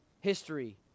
History